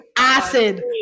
acid